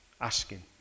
Asking